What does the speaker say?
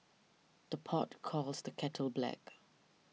the pot calls the kettle black